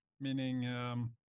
meaning